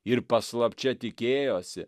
ir paslapčia tikėjosi